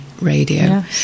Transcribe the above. radio